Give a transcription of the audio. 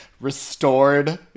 restored